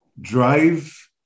Drive